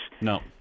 No